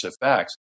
effects